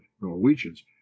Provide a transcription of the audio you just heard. Norwegians